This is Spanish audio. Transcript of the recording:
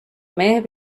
mes